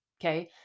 Okay